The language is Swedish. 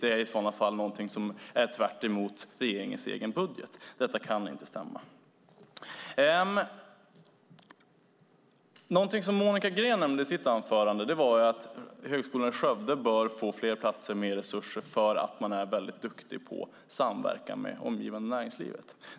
Det är i sådana fall något som är tvärtemot regerings egen budget. Det kan inte stämma. Något som Monica Green nämnde i sitt inlägg var att Högskolan i Skövde bör få fler platser och mer resurser för att man är väldigt duktig på samverkan med det omgivande näringslivet.